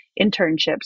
internships